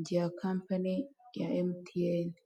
rya kampani ya emuteyeni.